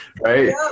right